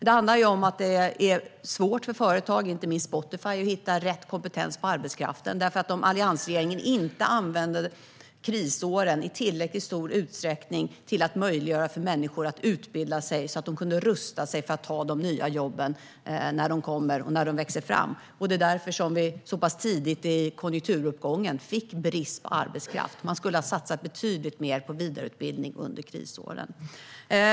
Det handlar om att det är svårt för företag, inte minst Spotify, att hitta rätt kompetens hos arbetskraften. Alliansregeringen använde inte krisåren i tillräckligt stor utsträckning till att möjliggöra för människor att utbilda sig och rusta sig för att ta de nya jobben när de växer fram. Det var därför som vi så pass tidigt i konjunkturuppgången fick brist på arbetskraft. Man skulle ha satsat betydligt mer på vidareutbildning under krisåren.